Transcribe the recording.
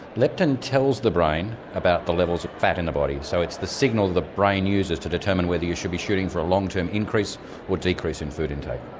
leptin tells the brain about the levels of fat in the body. so it's the signal the brain uses to determine whether you should be shooting for a long-term increase or decrease in food intake.